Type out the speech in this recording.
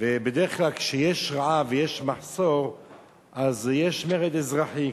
ובדרך כלל כשיש רעב ויש מחסור אז יש מרד אזרחי,